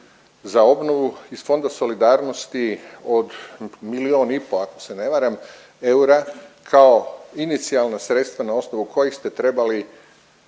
za obnovu iz Fonda solidarnosti od milijun i po ako se ne varam eura kao inicijalna sredstva na osnovu kojih ste trebali